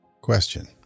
Question